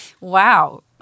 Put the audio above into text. Wow